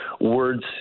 words